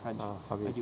ah habis